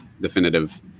definitive